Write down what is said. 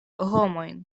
homojn